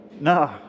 no